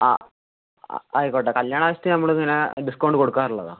ആ ആയിക്കോട്ടെ കല്യാണമാവശ്യത്തിന് നമ്മള് ഇങ്ങനെ ഡിസ്കൗണ്ട് കൊടുക്കാറുള്ളതാണ്